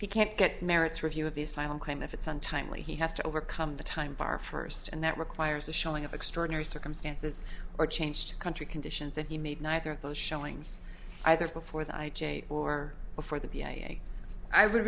he can't get merits review of the asylum claim if it's untimely he has to overcome the time bar first and that requires a showing of extraordinary circumstances or changed country conditions and he made neither of those showings either before the i j a or before the i would